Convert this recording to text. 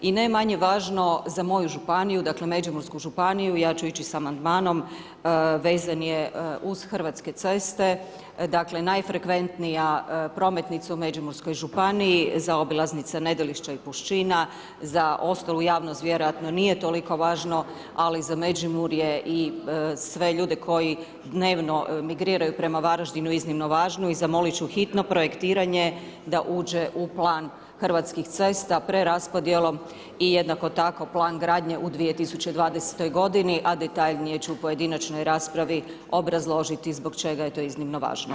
I ne manje važno, za moju županiju, dakle Međimursku županiju, ja ću ići sa amandmanom, vezan je uz Hrvatske ceste, dakle, najfrekventnija prometnica u Međimurskoj županiji, zaobilaznica Nedelišće i Pušćina, za ostalu javnost vjerojatno nije toliko važno, ali za Međimurje i sve ljude koji dnevno migriraju prema Varaždinu iznimno važnu i zamolit ću hitno projektiranje da uđe u plan Hrvatskih cesta preraspodjelom i jednako tako Plan gradnje u 2020. godini, a detaljnije ću u pojedinačnoj raspravi obrazložiti zbog čega je to iznimno važno.